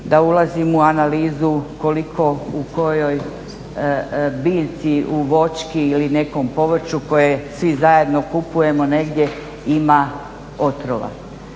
da ulazim u analizu koliko u kojoj biljci, u voćki ili nekom povrću koje svi zajedno kupujemo negdje ima otrova.